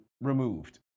removed